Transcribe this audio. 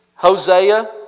Hosea